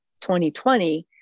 2020